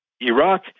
Iraq